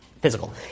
physical